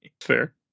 Fair